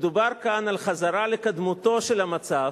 מדובר כאן על חזרה לקדמותו של המצב